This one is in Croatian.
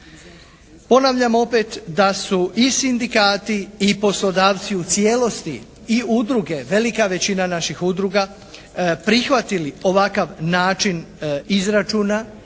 Ponavljam opet da su i sindikati i poslodavci u cijelosti i udruge, velika većina naših udruga, prihvatili ovakav način izračuna